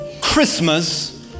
Christmas